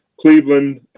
Cleveland